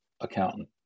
accountant